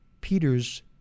Peter's